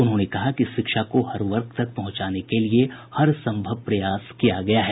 उन्होंने कहा कि शिक्षा को हर वर्ग तक पहुंचाने के लिए भी हरसंभव प्रयास किया गया है